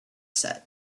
set